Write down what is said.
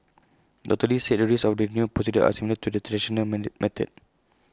doctor lee said the risks of the new procedure are similar to the traditional method